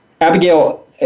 Abigail